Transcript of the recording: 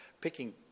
picking